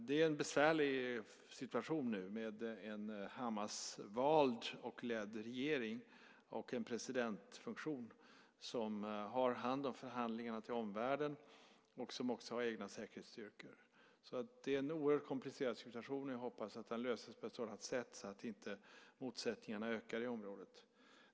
Det är en besvärlig situation nu med en Hamasvald och Hamasledd regering och en presidentfunktion som har hand om förhandlingarna till omvärlden och som har egna säkerhetsstyrkor. Det är en oerhört komplicerad situation. Jag hoppas att den löses på sådant sätt att inte motsättningarna ökar i området.